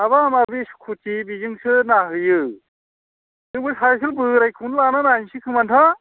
माबा माबि स्कुटि बेजोंसो नायहैयो जोंबो साइकेल बोरायखौनो लाना नायसै खोमा नोंथां